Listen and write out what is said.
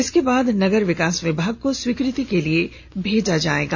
इसके बाद नगर विकास विभाग को स्वीकृति के लिए भेजा जाएगा